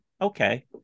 okay